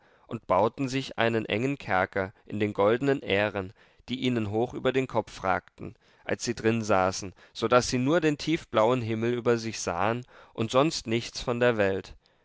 und bauten sich einen engen kerker in den goldenen ähren die ihnen hoch über den kopf ragten als sie drin saßen so daß sie nur den tiefblauen himmel über sich sahen und sonst nichts von der welt